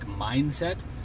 mindset